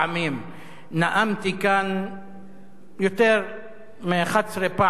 נאמתי כאן יותר מ-11 פעם לגבי המחלף,